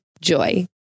Joy